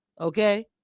Okay